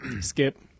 skip